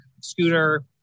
scooter